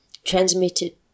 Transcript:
Transmitted